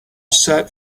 set